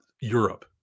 Europe